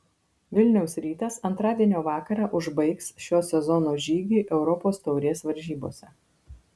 vilniaus rytas antradienio vakarą užbaigs šio sezono žygį europos taurės varžybose